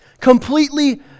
Completely